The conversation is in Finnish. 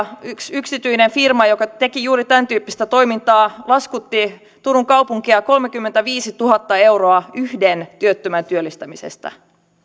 yksityinen firma joka teki juuri tämäntyyppistä toimintaa laskutti turun kaupungilta kolmekymmentäviisituhatta euroa yhden työttömän työllistämisestä